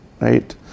Right